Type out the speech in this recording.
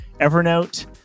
Evernote